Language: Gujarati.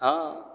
હં